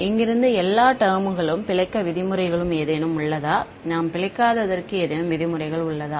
இங்கிருந்து எல்லா டெர்ம்க்குகளும் பிழைக்க விதிமுறைகளும் ஏதேனும் உள்ளதா நாம் பிழைக்காததற்கு ஏதேனும் விதிமுறைகள் உள்ளதா